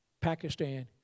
Pakistan